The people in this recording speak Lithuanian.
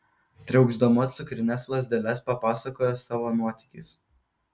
triaukšdama cukrines lazdeles papasakojo savo nuotykius